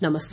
नमस्कार